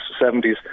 70s